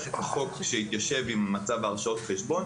את החוק להתיישב עם מצב הרשאות החשבון.